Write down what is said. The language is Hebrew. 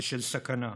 ושל סכנה.